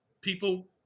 People